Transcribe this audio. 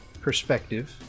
perspective